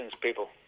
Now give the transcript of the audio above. people